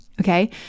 Okay